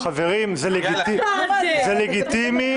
--- חברים, זה לגיטימי.